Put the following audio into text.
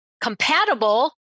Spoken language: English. compatible